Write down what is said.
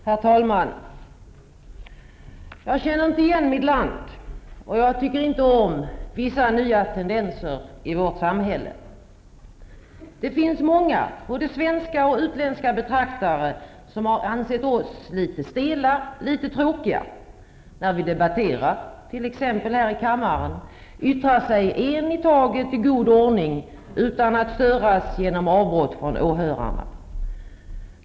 Herr talman! Jag känner inte igen mitt land -- och jag tycker inte om vissa nya tendenser i vårt samhälle. Det finns många -- både svenska och utländska betraktare -- som har ansett oss litet stela, litet tråkiga. När vi debatterar -- t.ex här i kammaren -- yttrar sig en i taget i god ordning utan att störas genom avbrott från åhörarna.